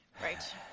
Right